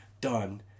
done